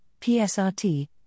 PSRT